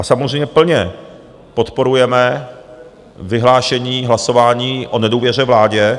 Samozřejmě plně podporujeme vyhlášení hlasování o nedůvěře vládě.